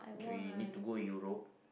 we need to go Europe